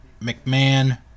McMahon